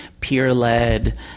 peer-led